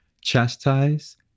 chastise